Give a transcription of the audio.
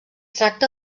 tracta